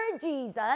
Jesus